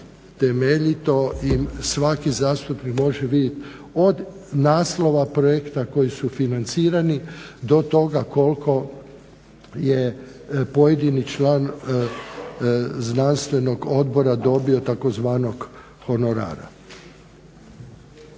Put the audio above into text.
temeljito i svaki zastupnik može vidjet od naslova projekta koji su financirani do toga koliko je pojedini član znanstvenog odbora dobito tzv. honorara.